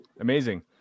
Amazing